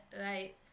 right